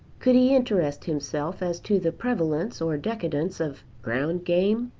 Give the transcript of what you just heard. could he interest himself as to the prevalence or decadence of ground game?